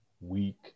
Weak